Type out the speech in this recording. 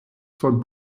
von